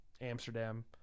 Amsterdam